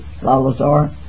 Lalazar